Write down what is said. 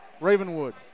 Ravenwood